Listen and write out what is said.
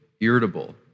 irritable